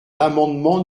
l’amendement